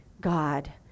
God